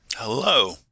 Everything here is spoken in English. Hello